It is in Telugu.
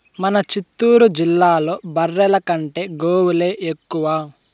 మన చిత్తూరు జిల్లాలో బర్రెల కంటే గోవులే ఎక్కువ